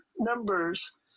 numbers